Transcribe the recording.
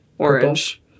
Orange